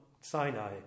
Sinai